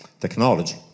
technology